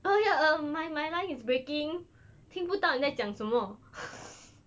oh ya um my my line is breaking 听不到你在讲什么